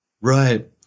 Right